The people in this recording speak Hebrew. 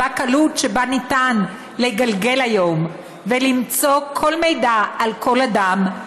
בקלות שבה ניתן לגלגל היום ולמצוא כל מידע על כל אדם,